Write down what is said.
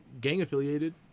gang-affiliated